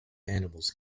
animals